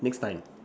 next time